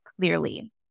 clearly